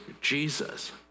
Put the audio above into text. Jesus